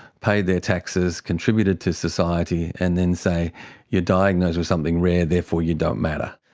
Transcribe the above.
paid their taxes, contributed to society and then say you're diagnosed with something rare, therefore you don't matter.